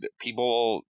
people